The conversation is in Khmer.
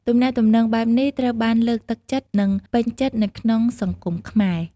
ទំនាក់ទំនងបែបនេះត្រូវបានលើកទឹកចិត្ត និងពេញចិត្តនៅក្នុងសង្គមខ្មែរ។